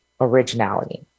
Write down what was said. originality